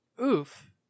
Oof